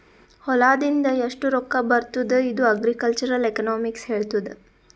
ಹೊಲಾದಿಂದ್ ಎಷ್ಟು ರೊಕ್ಕಾ ಬರ್ತುದ್ ಇದು ಅಗ್ರಿಕಲ್ಚರಲ್ ಎಕನಾಮಿಕ್ಸ್ ಹೆಳ್ತುದ್